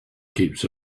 keeps